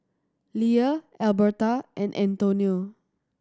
Leah Elberta and Antonio